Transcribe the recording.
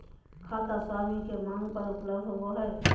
खाता स्वामी के मांग पर उपलब्ध होबो हइ